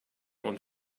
und